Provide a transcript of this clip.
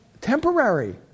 temporary